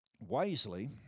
wisely